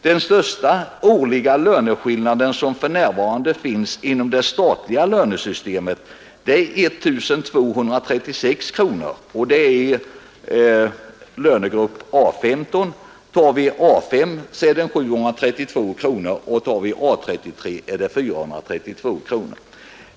Den största årliga löneskillnad som för närvarande finns inom det statliga lönesystemet är 1 236 kronor i löneklass A 15. I A 5 är löneskillnaden 732 kronor, och i A 33 är den 432 kronor.